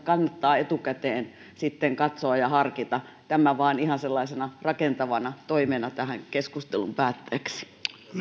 kannattaa etukäteen sitten katsoa ja harkita tämä ihan vain sellaisena rakentavana toimena tähän keskustelun päätteeksi